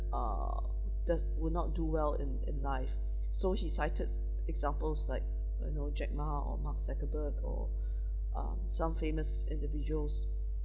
uh just will not do well in in life so she cited examples like you know jack ma or mark zuckerberg or um some famous individuals